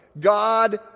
God